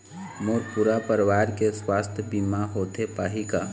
मोर पूरा परवार के सुवास्थ बीमा होथे पाही का?